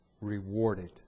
rewarded